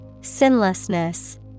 Sinlessness